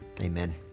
Amen